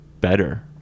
better